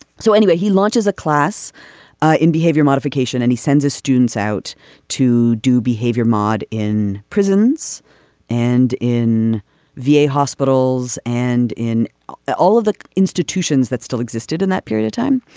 so anyway he launches a class ah in behavior modification and he sends a students out to do behavior mod in prisons and in v a. hospitals and in all of the institutions that still existed in that period of time.